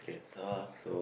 so uh